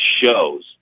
shows